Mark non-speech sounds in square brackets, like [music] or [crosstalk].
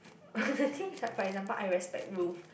[noise] the thing is like for example I respect Ruth